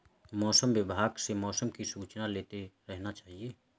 मौसम विभाग से मौसम की सूचना लेते रहना चाहिये?